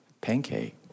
pancake